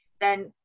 then-